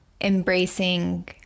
embracing